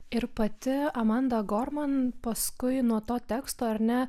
ir pati amanda gorman paskui nuo to teksto ar ne